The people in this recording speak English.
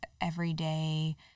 everyday